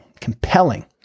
compelling